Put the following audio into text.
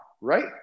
right